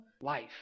life